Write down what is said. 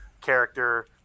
character